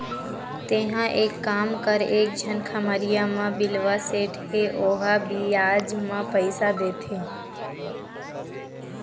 तेंहा एक काम कर एक झन खम्हरिया म बिलवा सेठ हे ओहा बियाज म पइसा देथे